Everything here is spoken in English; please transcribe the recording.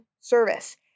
service